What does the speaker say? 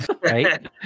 Right